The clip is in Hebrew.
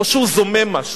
או שהוא זומם משהו.